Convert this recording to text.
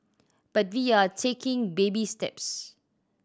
but we are taking baby steps